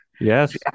Yes